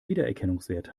wiedererkennungswert